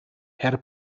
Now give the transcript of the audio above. herr